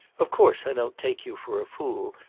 of course i don't take you for a fool,